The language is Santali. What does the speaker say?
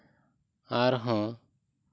ᱟᱨ ᱦᱚᱸ